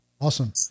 Awesome